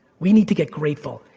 we need to get grateful.